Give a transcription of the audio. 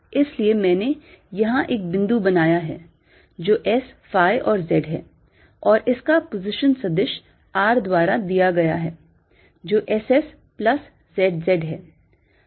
इसलिए मैंने यहां एक बिंदु बनाया है जो S phi और Z है और इसका पोजीशन सदिश r द्वारा दिया गया है जो SS plus Z Z है